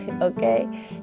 okay